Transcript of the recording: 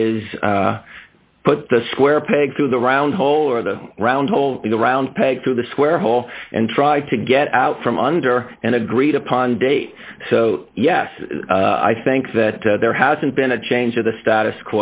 is put the square peg through the round hole or the round hole in the round peg through the square hole and try to get out from under an agreed upon date so yes i think that there hasn't been a change of the status